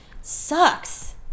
sucks